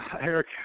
Eric